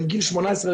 גיל 21-18,